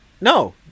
no